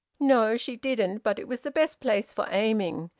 no, she didn't. but it was the best place for aiming.